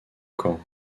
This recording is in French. camp